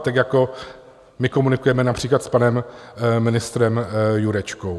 Tak jako my komunikujeme například s panem ministrem Jurečkou.